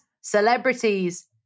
celebrities